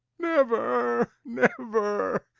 never, never,